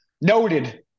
noted